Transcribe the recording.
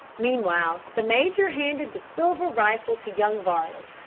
meanwhile the major handed the silver rifle to young varley.